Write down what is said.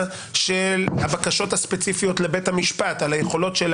של הבקשות הספציפיות לבית המשפט על היכולות של